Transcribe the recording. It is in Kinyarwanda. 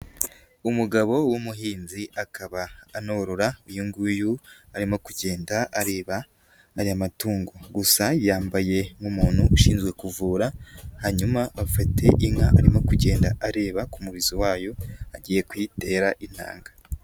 Umugabo w'umuhinzi akaba anorora, uyu nguyu arimo kugenda areba n'aya matungo, gusa yambaye nk'umuntu ushinzwe kuvura, hanyuma bafate inka arimo kugenda areba ku murizo wayo, agiye kuyitera intanga.